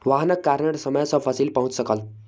वाहनक कारणेँ समय सॅ फसिल पहुँच सकल